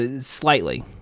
slightly